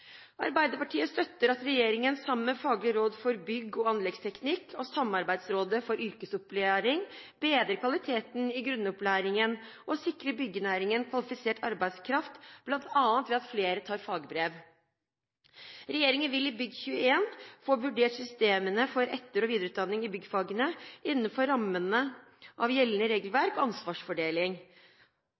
og anleggsteknikk, og Samarbeidsrådet for yrkesopplæring bedrer kvaliteten i grunnopplæringen og sikrer byggenæringen kvalifisert arbeidskraft, bl.a. ved at flere tar fagbrev. Regjeringen vil i Bygg21 få vurdert systemene for etter- og videreutdanning i byggfagene innenfor rammene av gjeldende regelverk og ansvarsfordeling.